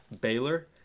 Baylor